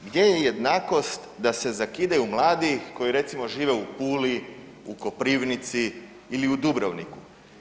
Gdje je jednakost da se zakidaju mladi koji recimo, žive u Puli, u Koprivnici ili u Dubrovniku?